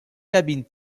cabines